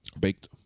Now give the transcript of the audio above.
baked